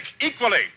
equally